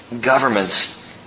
governments